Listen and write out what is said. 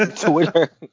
Twitter